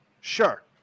Sure